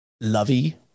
lovey